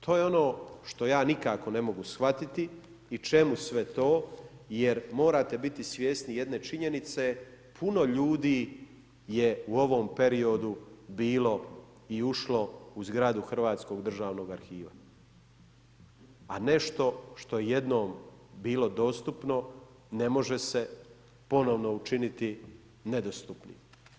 To je ono što ja nikako ne mogu shvatiti i čemu sve to jer morate biti svjesni jedne činjenice, puno ljudi je u ovom periodu bilo i uško u zgradu Hrvatskog državnog arhiva nešto što je jednom bilo dostupno ne može se ponovno učiniti nedostupnim.